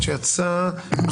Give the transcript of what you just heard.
ואז אתה.